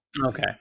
Okay